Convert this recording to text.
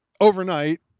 overnight